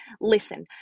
Listen